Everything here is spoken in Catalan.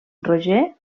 roger